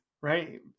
right